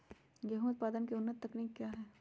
गेंहू उत्पादन की उन्नत तकनीक क्या है?